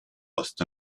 ost